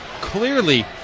clearly